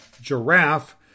Giraffe